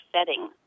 setting